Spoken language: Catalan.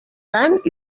tant